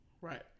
Right